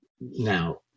now